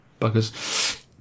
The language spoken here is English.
buggers